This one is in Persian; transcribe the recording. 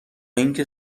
اینکه